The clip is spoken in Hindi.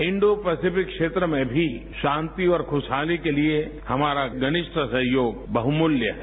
इंडो पैसिफिक क्षेत्र में भी शांति और खुशहाली के लिए हमारा घनिष्ठ सहयोग बहुमूल्य है